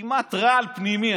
כמעט רעל פנימי.